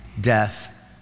death